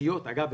אגב,